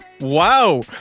Wow